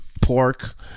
pork